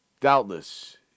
doubtless